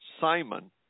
Simon